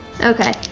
Okay